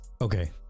Okay